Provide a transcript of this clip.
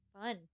Fun